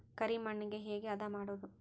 ಕರಿ ಮಣ್ಣಗೆ ಹೇಗೆ ಹದಾ ಮಾಡುದು?